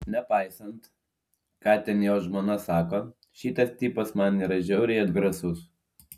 nepaisant ką ten jo žmona sako šitas tipas man yra žiauriai atgrasus